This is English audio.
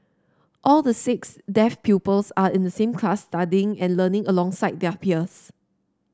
all the six deaf pupils are in the same class studying and learning alongside their peers